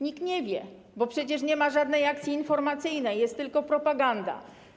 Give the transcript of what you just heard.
Nikt nie wie, bo przecież nie ma żadnej akcji informacyjnej, jest tylko propaganda.